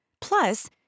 Plus